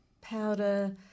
powder